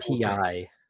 pi